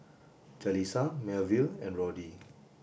Jalissa Melville and Roddy